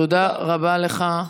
תודה רבה לך.